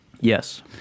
yes